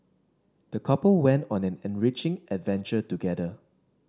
the couple went on an enriching adventure together